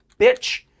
bitch